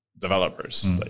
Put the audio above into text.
developers